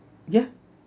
yeah